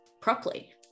properly